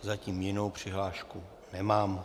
Zatím jinou přihlášku nemám.